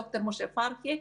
עם ד"ר משה פרחי,